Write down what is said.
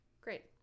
Great